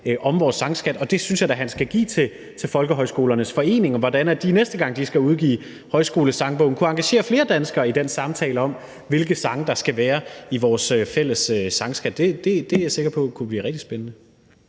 om vores sangskat, og dem synes jeg da han skal give til Folkehøjskolernes Forening – idéer til, hvordan de, næste gang de skal udgive Højskolesangbogen, kunne engagere flere danskere i den samtale om, hvilke sange der skal være i vores fælles sangskat. Det er jeg sikker på kunne blive rigtig spændende.